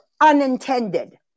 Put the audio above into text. unintended